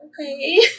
okay